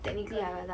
technically